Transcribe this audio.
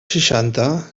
seixanta